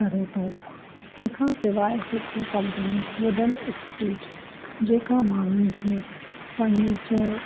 करे थो तंहिं खां सवाइ हिकु कंपनी वुडन स्ट्रीट जेका माण्हुनि खे फ़र्नीचर